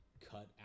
cut